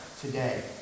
today